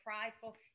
prideful